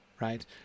right